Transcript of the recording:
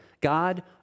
God